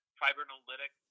fibrinolytic